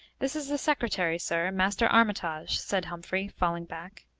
this is the secretary, sir, master armitage, said humphrey, falling back.